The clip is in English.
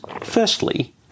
Firstly